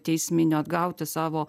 teisminių atgauti savo